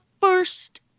first